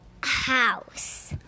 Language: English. house